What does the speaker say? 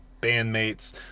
bandmates